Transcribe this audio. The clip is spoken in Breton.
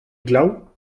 glav